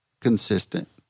consistent